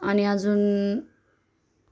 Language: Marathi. आणि अजूनही